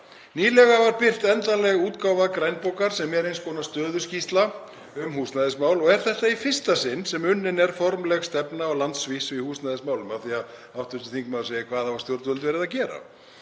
Nýlega var birt endanleg útgáfa grænbókar sem er eins konar stöðuskýrsla um húsnæðismál og er það í fyrsta sinn sem unnin er formleg stefna á landsvísu í húsnæðismálum, af því að hv. þingmaður spyr hvað stjórnvöld hafi verið að gera.